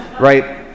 right